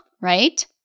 right